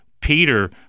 Peter